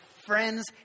friends